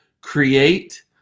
create